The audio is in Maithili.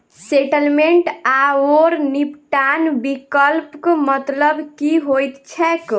सेटलमेंट आओर निपटान विकल्पक मतलब की होइत छैक?